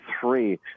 three